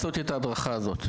מי צריך לעשות את ההדרכה הזאת?